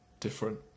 Different